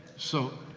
so